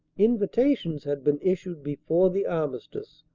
invitations had been issued before the armistice,